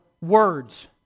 words